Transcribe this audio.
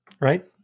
right